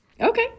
Okay